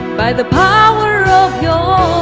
by the power of your